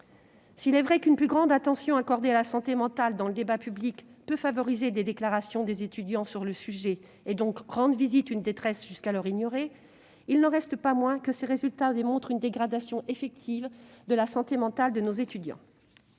S'il est vrai qu'une plus grande attention accordée à la santé mentale dans le débat public peut favoriser les déclarations des étudiants sur le sujet et donc rendre visible une détresse jusqu'alors ignorée, il n'en reste pas moins que ces résultats démontrent une dégradation effective de la santé mentale de nos étudiants.